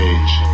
age